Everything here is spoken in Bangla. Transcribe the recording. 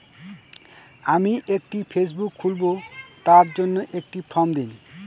আমি একটি ফেসবুক খুলব তার জন্য একটি ফ্রম দিন?